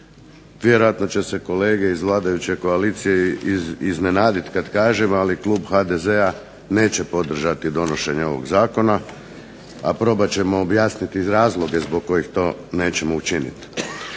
Vjerojatno će se kolege iz vladajuće koalicije iznenaditi kad kažem, ali klub HDZ-a neće podržati donošenje ovog zakona, a probat ćemo objasniti razloge zbog kojih to nećemo učiniti.